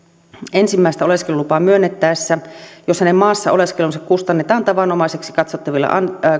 ensimmäistä oleskelulupaa myönnettäessä jos hänen maassa oleskelunsa kustannetaan tavanomaiseksi katsottavilla